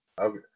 Okay